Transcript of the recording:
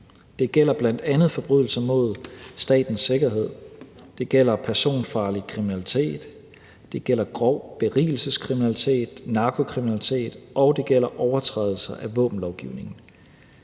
Det gælder bl.a. forbrydelser mod statens sikkerhed, det gælder personfarlig kriminalitet, det gælder grov berigelseskriminalitet og narkokriminalitet, og det gælder overtrædelser af våbenlovgivningen.